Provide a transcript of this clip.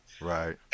Right